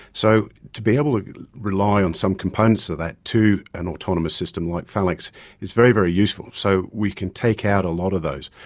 so to be able to rely on some components of that to an autonomous system like phalanx is very, very useful. so we can take out a lot of those.